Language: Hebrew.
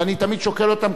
ואני תמיד שוקל אותן,